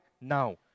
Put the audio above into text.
now